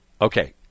Okay